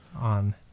on